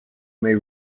may